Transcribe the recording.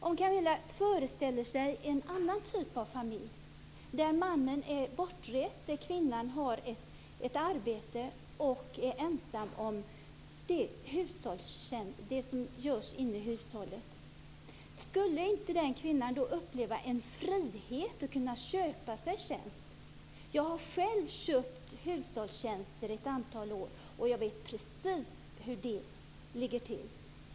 Vi kan i stället föreställa oss en annan typ av familj där mannen är bortrest och kvinnan har ett arbete och är ensam om hushållsarbetet. Skulle inte den kvinnan uppleva en frihet om hon kunde köpa sig en tjänst? Jag har själv köpt hushållstjänster ett antal år. Jag vet precis hur det ligger till.